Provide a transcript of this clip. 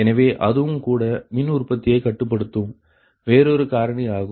எனவே அதுவும் கூட மின் உற்பத்தியை கட்டுப்படுத்தும் வேறொரு காரணி ஆகும்